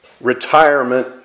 retirement